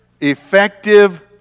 effective